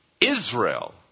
Israel